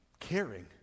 Caring